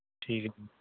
ਠੀਕ